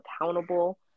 accountable